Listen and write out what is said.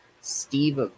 Steve